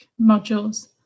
modules